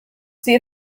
sie